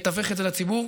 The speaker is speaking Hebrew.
ואתווך את זה לציבור.